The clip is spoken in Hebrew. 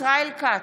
ישראל כץ,